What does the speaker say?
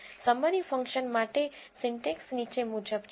summary function માટે syntax નીચે મુજબ છે